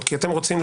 כולם.